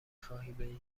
خواهی